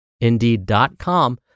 indeed.com